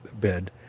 bed